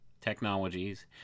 technologies